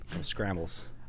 Scrambles